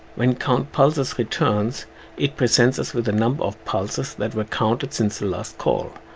when count pulses returns it presents us with the number of pulses that were counted since the last call.